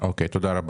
תודה.